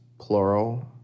plural